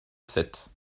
sept